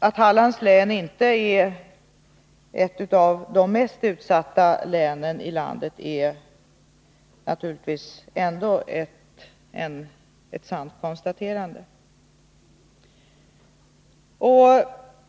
Att Hallands län inte är ett av de mest utsatta länen i landet är naturligtvis ändå ett sant konstaterande.